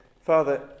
Father